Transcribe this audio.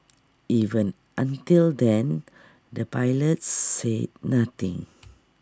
even until then the pilots said nothing